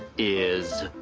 is.